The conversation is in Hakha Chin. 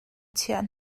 chiah